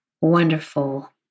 wonderful